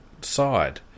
side